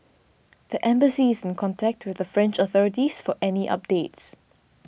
the embassy is in contact with the French authorities for any updates